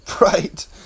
Right